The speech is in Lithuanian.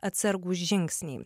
atsargūs žingsniai